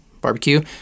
barbecue